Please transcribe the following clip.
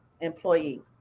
employee